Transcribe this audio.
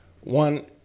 one